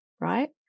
right